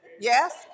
yes